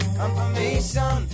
confirmation